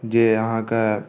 जे अहाँकेँ